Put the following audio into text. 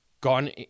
gone